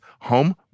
home